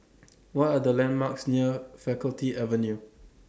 What Are The landmarks near Faculty Avenue